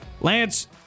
lance